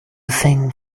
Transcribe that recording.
thing